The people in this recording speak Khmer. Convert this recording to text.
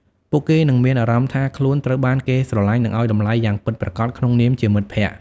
ពួកគេនឹងមានអារម្មណ៍ថាខ្លួនត្រូវបានគេស្រឡាញ់និងឲ្យតម្លៃយ៉ាងពិតប្រាកដក្នុងនាមជាមិត្តភក្តិ។